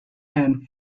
and